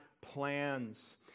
plans